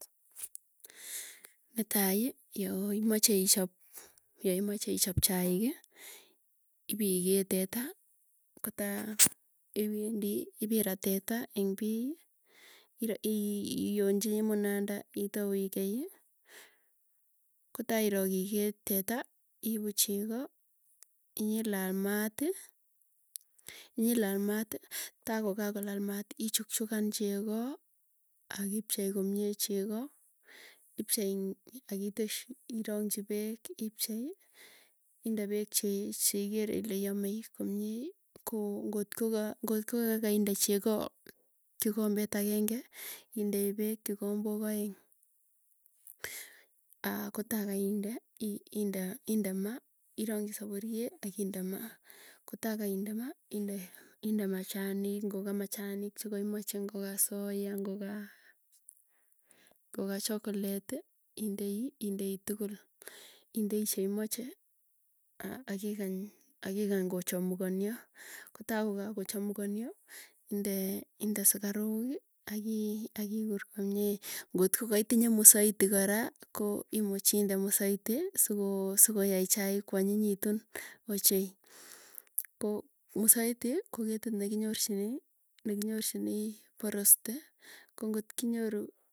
Netai, yo imache ichop, ya imache ichop chaik ii, ipikee teta, kota iwendi ipirat teta eng' piy ira- iyonji imunanda itau ikei, kotairok ikee teta iipu cheko, ilaal maat ii, nyilalal maat, ta kokakolal mat ichukchukan cheko akipchei komie cheko, ipchei n akiteshi irongchi peek ipchei inde peek che cheikere ile yamei komieko ng'ot ko ka ng'ot ko ka kainde cheko kikombet akeng'e, indei peek kikombok aeng', aa kotaa kainde i- inde inde ma, irongchi sapurie akinde ma kota kainde ma, inde inde machanik, ng'o ka machanik chakaimache, ng'oka soya, ng'oka ng'oka chokoleti, indei indei tukul, indei cheimache a- akikany akikany kochamukonio kotaa kokakochamukonio inde inde sikaruk ii aki akikur komye, ng'ot ko kaitinye musaiti kora, ko imuchi inde musaiti soko sokoyai chaik kwanyinyitun ochei, ko musaiti ko ketit nekinyorchini nekinyorchini porest ko ng'ot ki nyoru.